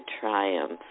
triumph